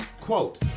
Quote